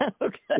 Okay